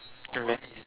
and then